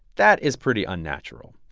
that is pretty unnatural.